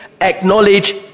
acknowledge